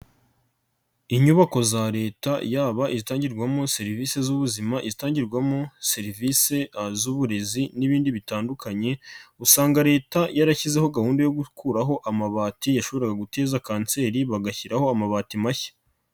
Inyubako za Leta yaba izitangirwamo serivisi z'ubuzima, izitangirwamo serivisi z'uburezi n'ibindi bitandukanye, usanga Leta yarashyizeho gahunda yo gukuraho amabati yashoboraga guteza kanseri bagashyiraho amabati mashya.